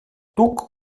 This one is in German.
duck